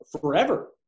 forever